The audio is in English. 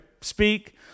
speak